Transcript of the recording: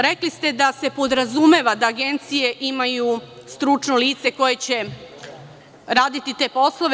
Rekli ste da se podrazumeva da agencije imaju stručno lice koje će raditi te poslove.